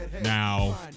Now